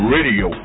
Radio